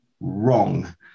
Wrong